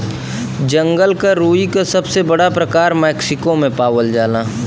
जंगल क रुई क सबसे बड़ा प्रकार मैक्सिको में पावल जाला